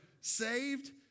saved